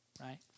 Right